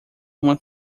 uma